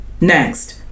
Next